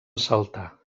saltar